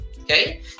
okay